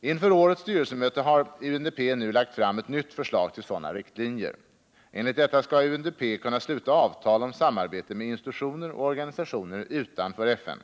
Inför årets styrelsemöte har UNDP nu lagt fram ett nytt förslag till sådana riktlinjer. Enligt detta skall UNDP kunna sluta avtal om samarbete med institutioner och organisationer utanför FN.